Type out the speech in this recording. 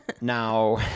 Now